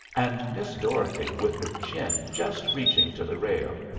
and miss dorothy with her chin just reaching to the rail,